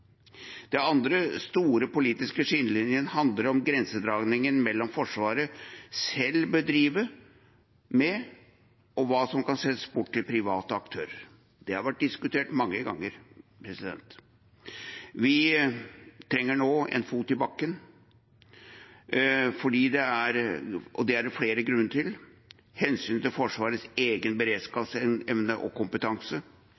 andre store politiske skillelinjen handler om grensedragningen mellom hva Forsvaret selv bør drive med, og hva som kan settes bort til private aktører. Det har vært diskutert mange ganger. Vi trenger nå å ta en fot i bakken, og det er det flere grunner til: hensynet til Forsvarets egen